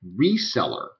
reseller